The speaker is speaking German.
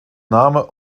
name